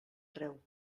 treu